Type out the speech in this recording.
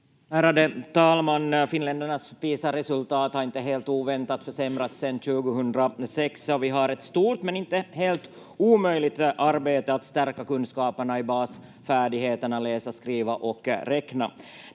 Ärade talman! Finländarnas Pisa-resultat har inte helt oväntat försämrats sedan 2006, och vi har ett stort men inte helt omöjligt arbete att stärka kunskaperna i basfärdigheterna läsa, skriva och räkna.